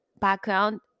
background